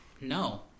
no